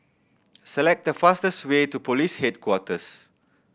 select the fastest way to Police Headquarters